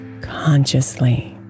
consciously